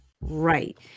Right